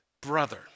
Brother